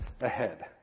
ahead